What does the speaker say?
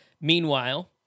Meanwhile